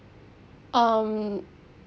um